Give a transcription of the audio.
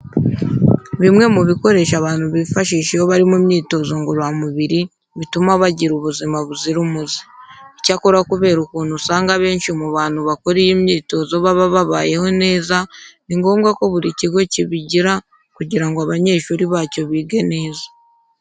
Bimwe mu bikoresho abantu bifashisha iyo bari mu myitozo ngororamubiri bituma bagira ubuzima buzira umuze. Icyakora kubera ukuntu usanga abenshi mu bantu bakora iyi myitozo baba babayeho neza ni ngombwa ko buri kigo kibigira kugira ngo abanyeshuri bacyo bige neza.